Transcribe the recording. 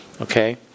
Okay